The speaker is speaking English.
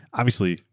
obviously,